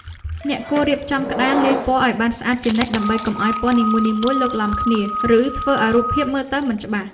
អ្នកគួររៀបចំក្តារលាយពណ៌ឱ្យបានស្អាតជានិច្ចដើម្បីកុំឱ្យពណ៌នីមួយៗឡូកឡំគ្នា ឬ ធ្វើឱ្យរូបភាពមើលទៅមិនច្បាស់។